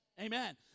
Amen